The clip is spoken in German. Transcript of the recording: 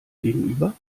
gegenüber